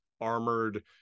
armored